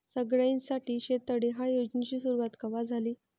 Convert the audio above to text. सगळ्याइसाठी शेततळे ह्या योजनेची सुरुवात कवा झाली?